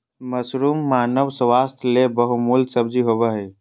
mushroom मानव स्वास्थ्य ले बहुमूल्य सब्जी होबय हइ